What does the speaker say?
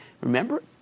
Remember